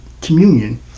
communion